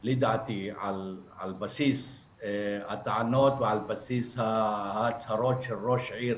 על בסיס הטענות או על בסיס ההצהרות של ראש עיר